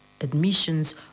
admissions